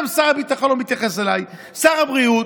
גם שר הביטחון לא מתייחס אליי, שר הבריאות.